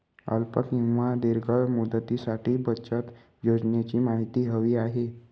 अल्प किंवा दीर्घ मुदतीसाठीच्या बचत योजनेची माहिती हवी आहे